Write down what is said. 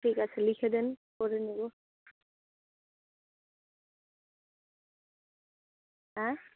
ঠিক আছে লিখে দেন করে নিবো অ্যাঁ